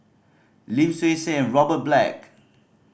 Lim Swee Say Robert Black